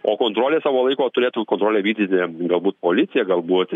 o kontrolė savo laiko turėtų kontrolę vykdyti galbūt policija galbūt